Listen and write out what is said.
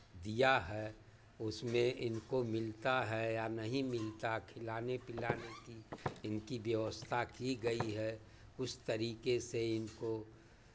दिया है उसमें इनको मिलता है या नहीं मिलता खिलाने पिलाने की इनकी व्यवस्था की गई है उस तरीके से इनको